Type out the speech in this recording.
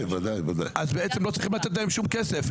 אז בעצם לא צריכים לתת להם שום כסף.